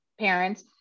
parents